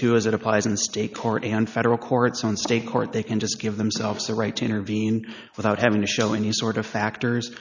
too as it applies in state court and federal courts on state court they can just give themselves the right to intervene without having to show any sort of factors